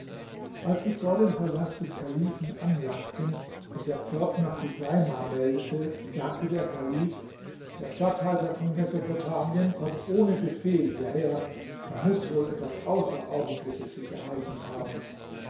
als sie vor dem palast des kalifen anlangten und der pförtner chuseima meldete sagte der kalif der statthalter von mesopotamien kommt ohne befehl hierher da muß wohl etwas außerordentliches sich ereignet haben